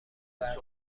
منو